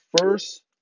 first